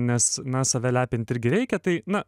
nes na save lepint irgi reikia tai na